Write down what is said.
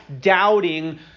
doubting